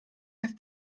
have